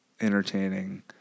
entertaining